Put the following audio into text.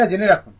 এটা জেনে রাখুন